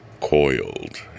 coiled